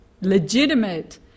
legitimate